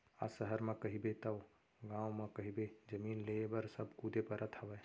आज सहर म कहिबे तव गाँव म कहिबे जमीन लेय बर सब कुदे परत हवय